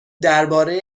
درباره